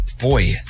Boy